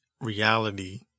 reality